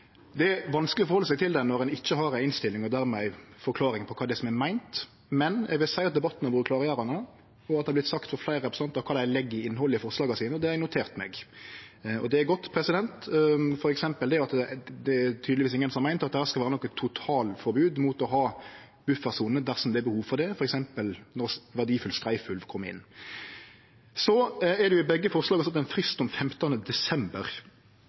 når ein ikkje har ei innstilling og dermed ei forklaring på kva som er meint, men eg vil seie at debatten har vore klargjerande, og at det har vorte sagt frå fleire representantar kva dei legg i innhaldet i forslaga sine. Det har eg notert meg, og det er godt. For eksempel er det tydelegvis ingen som har meint at det skal vere noko totalforbod mot å ha ei buffersone dersom det er behov for det, f.eks. når verdifull streifulv kjem inn. Så er det i begge forslaga sett ein frist til 15. desember,